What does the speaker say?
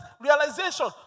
realization